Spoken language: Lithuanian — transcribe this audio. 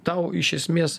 tau iš esmės